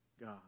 God